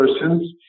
persons